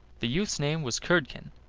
the youth's name was curdken,